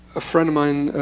a friend of mine,